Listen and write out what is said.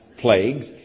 plagues